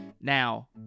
Now